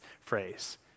phrase